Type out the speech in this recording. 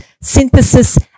synthesis